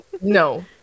no